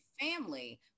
family